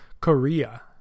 Korea